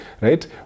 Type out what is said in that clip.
right